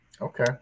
Okay